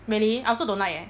really I also don't like eh